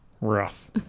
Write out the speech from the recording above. Rough